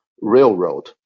Railroad